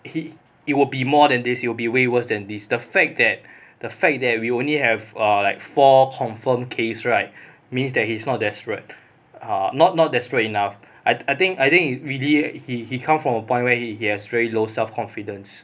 he it will be more than this it will be way worse than this the fact that the fact that we only have like four uh confirmed case right means that he's not desperate err not not desperate enough I I think I think really he he come from a point where he has very low self confidence